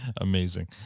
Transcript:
Amazing